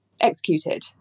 executed